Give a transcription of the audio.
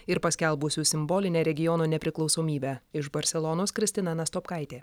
ir paskelbusių simbolinę regiono nepriklausomybę iš barselonos kristina nastopkaitė